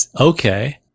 okay